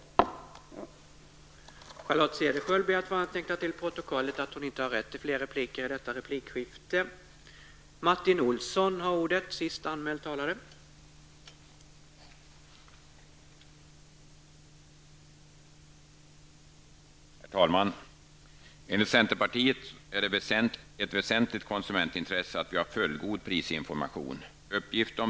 Cederschiöld anhållit att till protokollet få antecknat att hon inte ägde rätt till ytterligare replik.